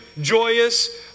joyous